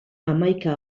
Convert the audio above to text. hamaika